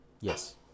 Yes